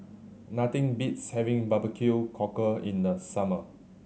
nothing beats having bbq cockle in the summer